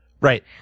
Right